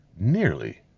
nearly